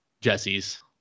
Jesse's